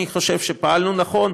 אני חושב שפעלנו נכון.